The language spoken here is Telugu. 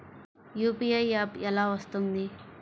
యూ.పీ.ఐ యాప్ ఎలా వస్తుంది?